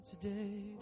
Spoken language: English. today